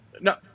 No